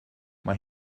mae